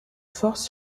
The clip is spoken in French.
force